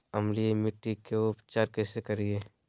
अम्लीय मिट्टी के उपचार कैसे करियाय?